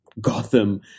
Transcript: Gotham